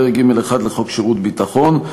פרק ג'1 לחוק שירות ביטחון,